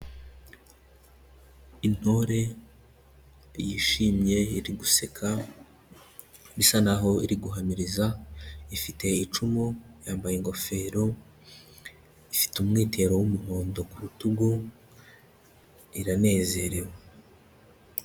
Intore yishimye iri guseka bisa naho iri guhamiriza, ifite icumu yambaye ingofero, ifite umwitero w'umuhondo ku rutugu, iranezerewe.